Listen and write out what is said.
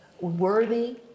worthy